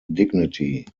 dignity